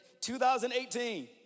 2018